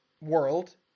world